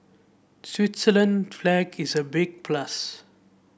Switzerland flag is a big plus